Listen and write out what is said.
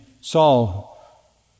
Saul